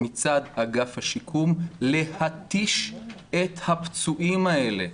מצד אגף השיקום להתיש את הפצועים האלה.